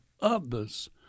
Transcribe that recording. others